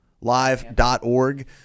Live.org